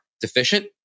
deficient